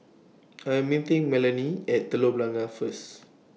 I Am meeting Melanie At Telok Blangah First